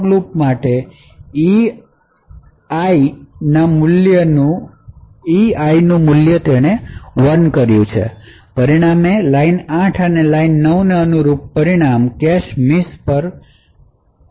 અને વિકટીમએ આ for લૂપ માટે અને E I નું મૂલ્ય 1 કર્યું છે પરિણામે લાઇન 8 ને લાઇન 9 ને અનુરૂપ પરિણામ કેશ મિસ પર પરિણમશે